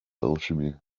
alchemy